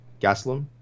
Gaslam